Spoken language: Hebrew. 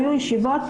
היו ישיבות,